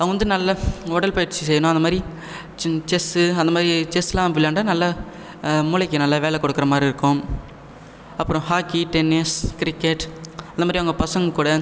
அவங்க வந்து நல்ல உடல் பயிற்சி செய்யணும் அந்த மாதிரி சின் செஸ் அந்த மாதிரி செஸ்லாம் விளையாண்டா நல்லா மூளைக்கு நல்லா வேலை கொடுக்கற மாதிரி இருக்கும் அப்புறம் ஹாக்கி டென்னிஸ் கிரிக்கெட் அந்த மாதிரி அவங்க பசங்க கூட